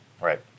Right